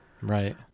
right